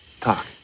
Talk